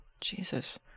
Jesus